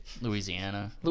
Louisiana